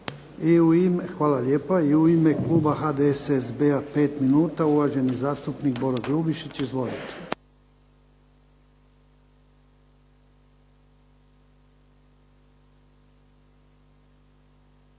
Hvala lijepa. I u ime kluba HDSSB-a pet minuta, uvaženi zastupnik Boro Grubišić. Izvolite.